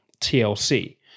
TLC